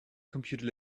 computer